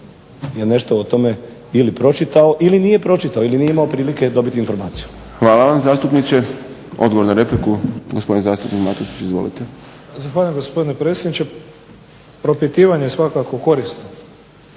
je nešto o tome ili pročitao ili nije pročitao ili nije imao prilike dobiti informaciju. **Šprem, Boris (SDP)** Hvala vam zastupniče. Odgovor na repliku gospodin zastupnik Matušić. Izvolite. **Matušić, Frano (HDZ)** Zahvaljujem gospodine predsjedniče. Propitivanje je svakako korisno.